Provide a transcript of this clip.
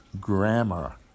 grammar